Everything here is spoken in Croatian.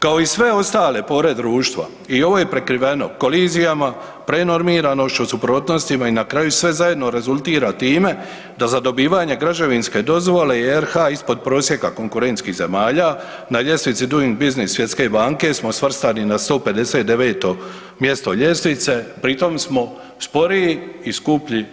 Kao i sve ostale pore društva i ovo je prekriveno kolizijama, prenormiranošću, suprotnostima i na kraju sve zajedno rezultira time da za dobivanje građevinske dozvole i RH ispod prosjeka konkurentskih zemalja na ljestvici Duing biznis svjetske banke smo svrstani na 159. mjesto ljestvice, pri tom smo sporiji i skuplji